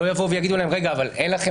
לא יבואו ויאמרו להם שאין לכם